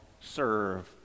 serve